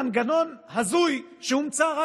שהמלחמה הזאת מנוהלת כמבצע,